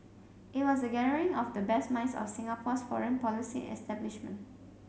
it was a gathering of the best minds of Singapore's foreign policy establishment